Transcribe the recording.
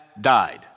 died